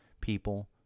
people